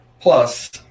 Plus